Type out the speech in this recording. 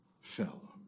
fell